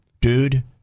Dude